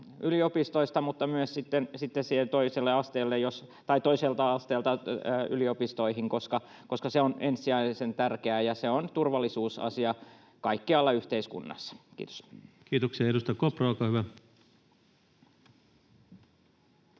kaikilla tasoilla toiselta asteelta yliopistoihin, koska se on ensisijaisen tärkeää ja se on turvallisuusasia kaikkialla yhteiskunnassa. — Kiitos. Kiitoksia. — Ja edustaja Kopra, olkaa hyvä.